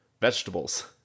vegetables